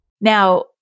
Now